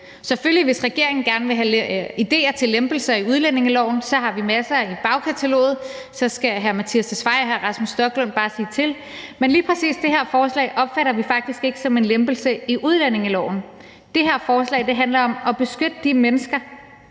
Hvis regeringen gerne vil have idéer til lempelser i udlændingeloven, har vi selvfølgelig masser i bagkataloget; så skal udlændinge- og integrationsministeren og hr. Rasmus Stoklund bare sige til. Men lige præcis det her forslag opfatter vi faktisk ikke som en lempelse i udlændingeloven. Det her forslag handler om at beskytte de mennesker,